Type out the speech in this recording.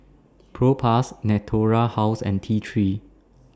Propass Natura House and T three